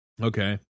Okay